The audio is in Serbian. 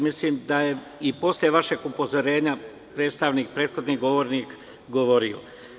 Mislim da je i posle vašeg upozorenja prethodni govornik govorio.